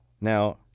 Now